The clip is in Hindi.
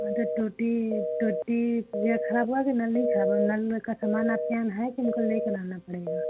हाँ तो टोटी टोटी या खराब हुआ कि नल ही खराब हो गया नल का समान आपके यहाँ है कि हमको लेकर आना पड़ेगा